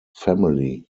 family